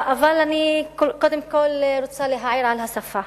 אבל אני קודם כול רוצה להעיר על השפה.